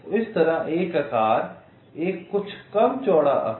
तो इस तरह एक आकार एक कुछ कम चौड़ा आकार